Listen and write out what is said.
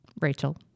Rachel